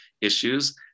issues